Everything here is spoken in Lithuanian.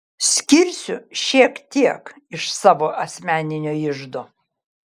skirsiu šiek tiek iš savo asmeninio iždo